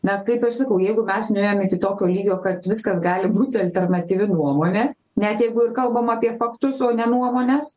na kaip aš sakau jeigu mes nuėjom iki tokio lygio kad viskas gali būti alternatyvi nuomonė net jeigu ir kalbam apie faktus o ne nuomones